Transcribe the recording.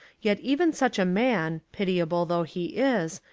yet even such a man, pitiable though he is,